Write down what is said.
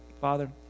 Father